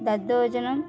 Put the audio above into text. దద్దోజనం